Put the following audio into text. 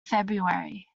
february